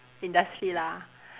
industry lah